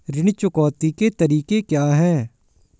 ऋण चुकौती के तरीके क्या हैं?